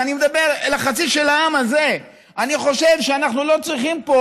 ואני מדבר אל החצי של העם הזה: אני חושב שאנחנו לא צריכים פה